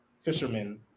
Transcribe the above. fishermen